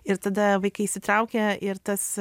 ir tada vaikai įsitraukia ir tas